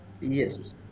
Yes